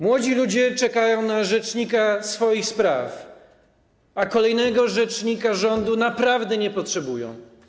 Młodzi ludzie czekają na rzecznika swoich spraw, a kolejnego rzecznika rządu naprawdę nie potrzebują.